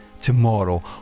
tomorrow